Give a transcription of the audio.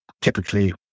typically